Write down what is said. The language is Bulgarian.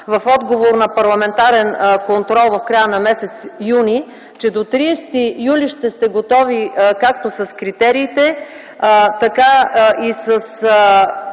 в отговор на парламентарен контрол в края на м. юни, че до 30 юли ще сте готови както с критериите, така и с